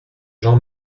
jean